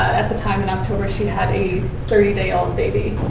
at the time in october, she had a thirty day old baby.